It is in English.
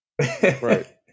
Right